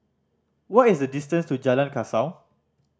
what is the distance to Jalan Kasau